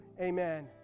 Amen